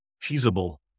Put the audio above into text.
feasible